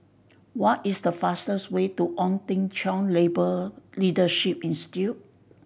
what is the fastest way to Ong Teng Cheong Labour Leadership Institute